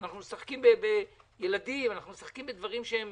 אנחנו משחקים בילדים, אנחנו משחקים בדברים שהם